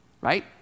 right